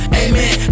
amen